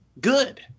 Good